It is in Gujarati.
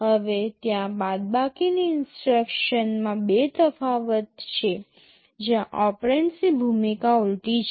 હવે ત્યાં બાદબાકીની ઇન્સટ્રક્શન્સમાં બે તફાવત છે જ્યાં ઓપરેન્ડ્સની ભૂમિકા ઉલટી છે